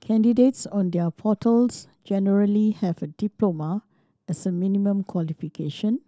candidates on their portals generally have a diploma as a minimum qualification